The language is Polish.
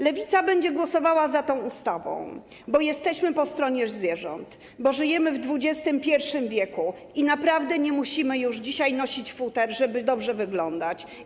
Lewica będzie głosowała za tą ustawą, bo jesteśmy po stronie zwierząt, bo żyjemy w XXI w. i naprawdę nie musimy już dzisiaj nosić futer, żeby dobrze wyglądać.